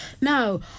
Now